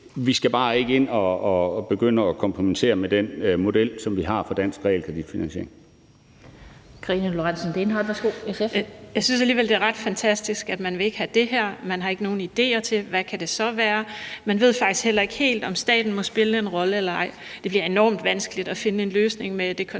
Lind): Fru Karina Lorentzen Dehnhardt, SF, værsgo. Kl. 17:03 Karina Lorentzen Dehnhardt (SF): Jeg synes alligevel, at det er ret fantastisk, at man ikke vil have det her; man har ikke nogen idéer til, hvad det så kan være, man ved faktisk heller ikke helt, om staten må spille en rolle eller ej. Det bliver enormt vanskeligt at finde en løsning med Det Konservative